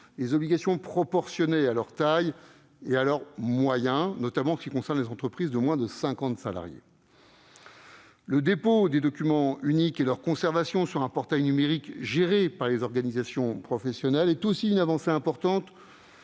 des obligations proportionnées à leur taille et à leurs moyens, notamment en ce qui concerne les entreprises de moins de cinquante salariés. Le dépôt des documents uniques et leur conservation sur un portail numérique géré par les organisations professionnelles est aussi une avancée importante